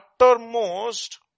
uttermost